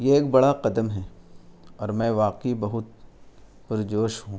یہ ایک بڑا قدم ہے اور میں واقعی بہت پرجوش ہوں